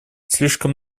слишком